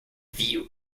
view